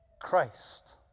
Christ